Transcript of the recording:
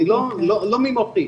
לא ממוחי.